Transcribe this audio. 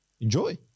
Enjoy